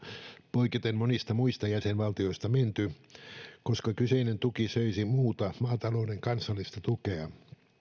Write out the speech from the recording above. poiketen monista muista jäsenvaltioista menty koska kyseinen tuki söisi muuta maatalouden kansallista tukea